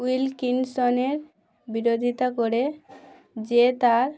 will কিনশনের বিরোধিতা করে যে তার